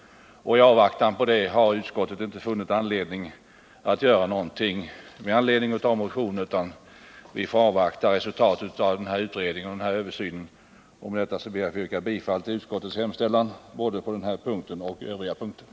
Utskottet har därför inte ansett sig behöva göra någonting med anledning av motionen, utan vi får avvakta resultatet av detta utredningsoch översynsarbete. Med detta ber jag att få yrka bifall till utskottets hemställan, både på den här punkten och beträffande övriga punkter.